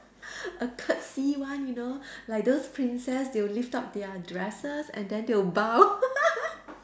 a curtsy one you know like those princess they will lift up their dresses and then they will bow